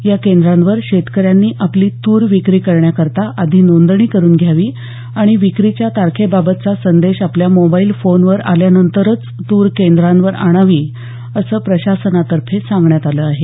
या केद्रांवर शेतकऱ्यांनी आपली तूर विक्री करण्याकरता आधी नोंदणी करुन घ्यावी आणि विक्रीच्या तारखेबाबतचा संदेश आपल्या मोबाईल फोनवर आल्यानंतरच तूर केंद्रांवर आणावी असं प्रशासनातर्फे सांगण्यात आलं आहे